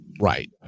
right